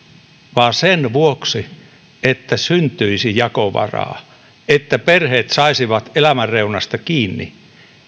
vaan sen vuoksi että syntyisi jakovaraa että perheet saisivat elämän reunasta kiinni